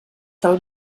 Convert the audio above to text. del